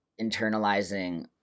internalizing